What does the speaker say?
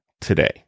today